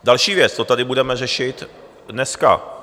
Další věc, to tady budeme řešit dneska.